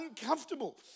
uncomfortable